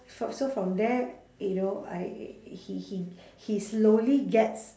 far so from there you know I he he he slowly gets